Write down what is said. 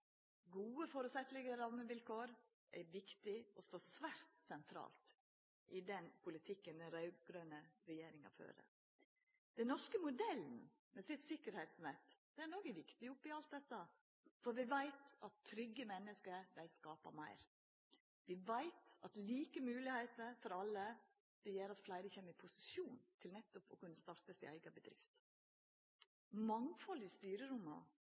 Gode, føreseielege rammevilkår er viktig og står svært sentralt i den politikken den raud-grøne regjeringa fører. Den norske modellen med sitt tryggleiksnett er òg viktig i alt dette, for vi veit at trygge menneske skapar meir. Vi veit at like moglegheiter for alle gjer at fleire kjem i posisjon til nettopp å kunna starta si eiga bedrift. Mangfald i styreromma